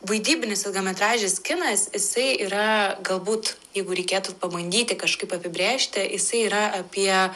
vaidybinis ilgametražis kinas jisai yra galbūt jeigu reikėtų pabandyti kažkaip apibrėžti jisai yra apie